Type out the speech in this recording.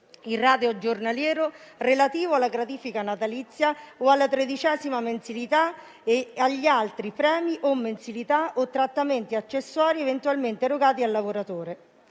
il rateo giornaliero relativo alla gratifica natalizia o alla tredicesima mensilità e agli altri premi, mensilità o trattamenti accessori eventualmente erogati al lavoratore.